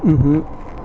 mmhmm